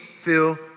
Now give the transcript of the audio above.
feel